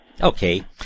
Okay